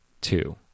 two